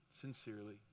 sincerely